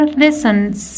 lessons